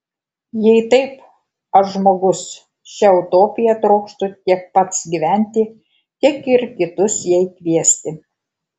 jei taip aš žmogus šia utopija trokštu tiek pats gyventi tiek ir kitus jai kviesti